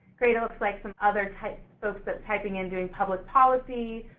great, it looks like some other type folks that are typing in doing public policy.